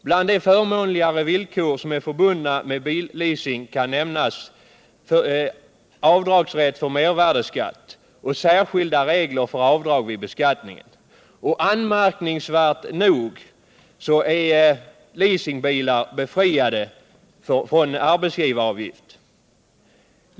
Bland de förmånligare villkor som är förbundna med bil-leasing kan nämnas avdragsrätt för mervärdeskatt och särskilda regler för avdrag vid beskattningen. Och anmärkningsvärt nog är leasingbilar befriade från arbetsgivaravgift.